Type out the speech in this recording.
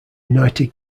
united